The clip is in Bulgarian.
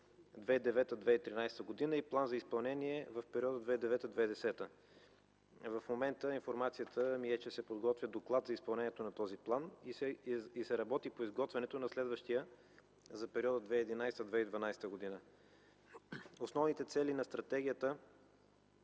(2009-2013 г.) и план за изпълнение в периода 2009-2010 г. В момента информацията ми е, че се подготвя доклад за изпълнението на този план и се работи по изготвянето на следващия за периода 2011-1012 г. Основните цели на стратегията